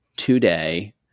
today